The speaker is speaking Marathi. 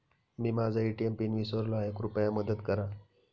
मी माझा ए.टी.एम पिन विसरलो आहे, कृपया मदत करा